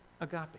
agape